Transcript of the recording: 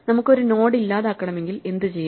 നമുക്ക് ഒരു നോഡ് ഇല്ലാതാക്കണമെങ്കിൽ എന്തുചെയ്യും